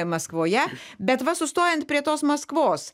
maskvoje bet va sustojant prie tos maskvos